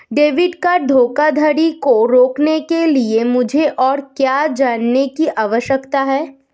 Debit card धोखाधड़ी को रोकने के लिए मुझे और क्या जानने की आवश्यकता है?